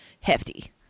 hefty